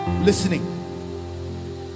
Listening